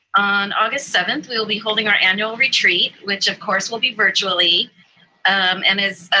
on august seventh, we will be holding our annual retreat, which of course will be virtually um and as